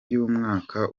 y’umwaka